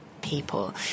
people